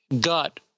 gut